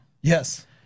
Yes